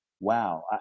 Wow